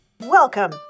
Welcome